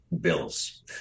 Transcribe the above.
bills